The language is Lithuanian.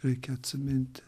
reikia atsiminti